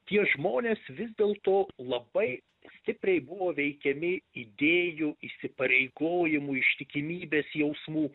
tie žmonės vis dėlto labai stipriai buvo veikiami idėjų įsipareigojimų ištikimybės jausmų